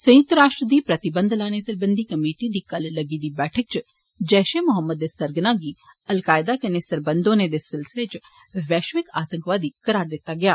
संयुक्त राश्ट्र दी प्रतिबंध लाने सरबंधी कमेटी दी कल लग्गी दी बैठक इच जैष ए मोहम्मद दे सरगना गी अल कायदा कन्नै सरबंध होने दे सिलसिलें बैष्यिक आंतकवादी करार दित्ता गेआ